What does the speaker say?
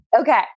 Okay